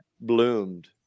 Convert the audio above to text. bloomed